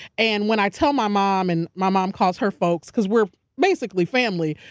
and when i tell my mom and my mom calls her folks, cause we're basically family,